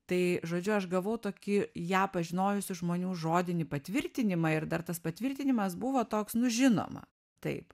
tai žodžiu aš gavau tokį ją pažinojusių žmonių žodinį patvirtinimą ir dar tas patvirtinimas buvo toks nu žinoma taip